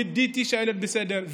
וידאתי שהילד בסדר,